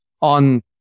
on